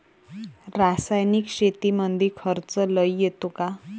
रासायनिक शेतीमंदी खर्च लई येतो का?